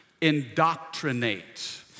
indoctrinate